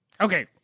Okay